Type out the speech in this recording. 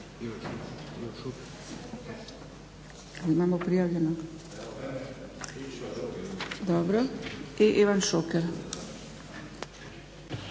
Ivan Šuker.